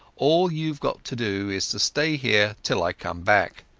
all youave got to do is to stay here till i come back.